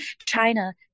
China